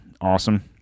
awesome